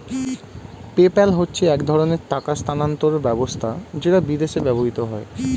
PayPal হচ্ছে এক ধরণের টাকা স্থানান্তর ব্যবস্থা যেটা বিদেশে ব্যবহৃত হয়